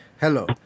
hello